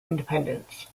independence